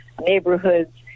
neighborhoods